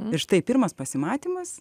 ir štai pirmas pasimatymas